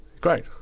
great